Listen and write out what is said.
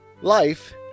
Life